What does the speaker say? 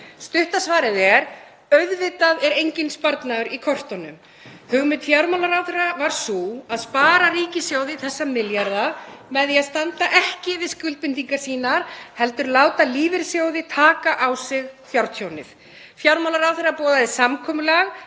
Stutta svarið er að auðvitað er enginn sparnaður í kortunum. Hugmynd fjármálaráðherra var sú að spara ríkissjóði þessa milljarða með því að standa ekki við skuldbindingar sínar heldur láta lífeyrissjóði taka á sig fjártjónið. Fjármálaráðherra boðaði samkomulag